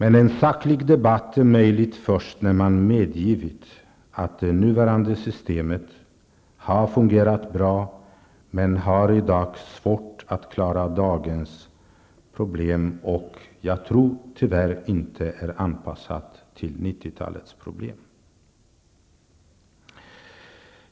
En saklig debatt är möjlig först när man har medgivit att det nuvarande systemet har fungerat bra men har svårt att klara dagens problem. Jag tror tyvärr inte att det är anpassat till 90-talets problem.